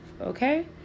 okay